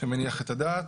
שמניח את הדעת,